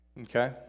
okay